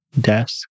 desk